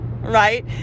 right